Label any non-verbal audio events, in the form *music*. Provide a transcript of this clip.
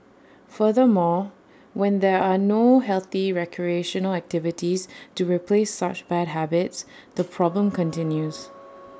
furthermore when there are no healthy recreational activities to replace such bad habits the *noise* problem continues